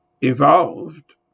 evolved